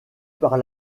par